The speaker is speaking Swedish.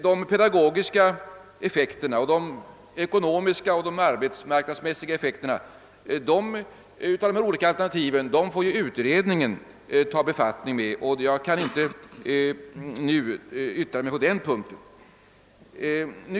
De pedagogiska, ekonomiska och arbetsmarknadsmässiga effekterna av de olika alternativen får utrédningen ta befattning med — jag kan inte nu yttra mig på den punkten.